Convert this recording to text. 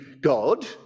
God